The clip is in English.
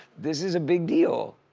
this is a big deal.